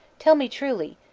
tell me truly,